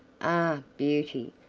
ah, beauty!